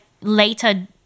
later